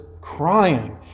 crying